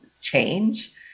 change